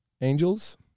angels